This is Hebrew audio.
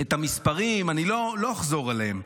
את המספרים, אני לא אחזור עליהם,